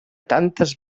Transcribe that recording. tantes